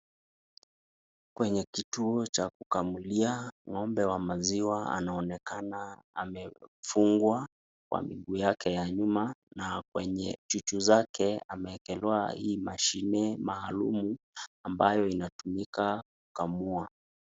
Kwenye kituo cha kukamulia ng'ombe wa maziwa anaonekana amefungwa kwa miguu yake ya nyuma na kwenye juju zake amewekelewa hii mashini maalumu ambayo inatumika kukamua.